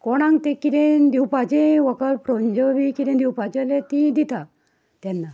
कोणांक तें कितें दिवपाचें व्हंकल फ्रोंज्यो बी कितें दिवपाचें जाल्यार ती दिता तेन्ना